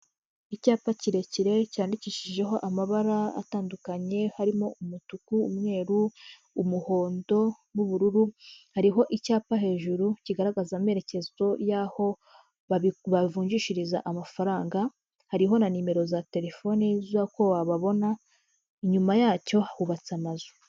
Icyapa kirekire cyandikishijeho amabara atandukanye harimo umutuku, umweru, umuhondo, n'ubururu, hariho icyapa hejuru kigaragaza amerekezo y'aho bavunjishiriza amafaranga, hariho na nimero za telefoni z'uko wababona; inyuma yacyo hubatse amazu.